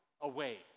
away